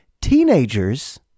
Teenagers